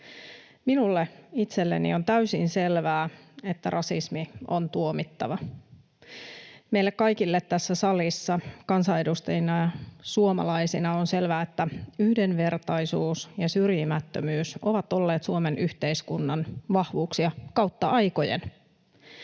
Minulle itselleni on täysin selvää, että rasismi on tuomittava. Meille kaikille tässä salissa kansanedustajina ja suomalaisina on selvää, että yhdenvertaisuus ja syrjimättömyys ovat olleet Suomen yhteiskunnan vahvuuksia kautta aikojen.